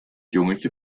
jongetje